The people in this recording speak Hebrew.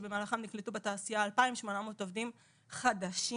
שבמהלכן נקלטו בתעשייה 2,800 עובדים חדשים.